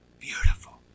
Beautiful